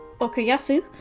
Okuyasu